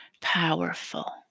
powerful